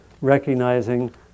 recognizing